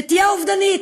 נטייה אובדנית.